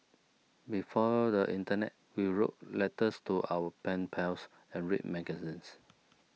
before the internet we wrote letters to our pen pals and read magazines